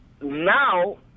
now